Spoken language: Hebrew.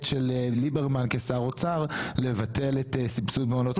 של ליברמן כשר אוצר לבטל את סבסוד מעונות היום.